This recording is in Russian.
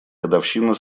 годовщина